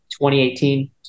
2018